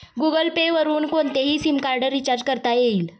Google Pay वरुन कोणतेही sim card recharge करता येईल